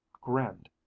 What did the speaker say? grinned